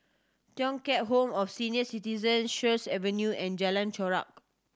Thong Home of Senior Citizen Sheares Avenue and Jalan Chorak